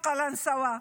מקלנסווה,